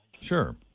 Sure